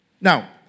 Now